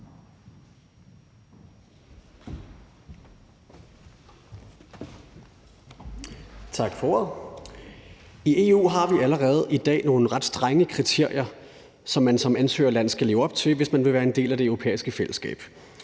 I EU har vi allerede i dag nogle ret strenge kriterier, som man som ansøgerland skal leve op til, hvis man vil være en del af Det Europæiske Fællesskab.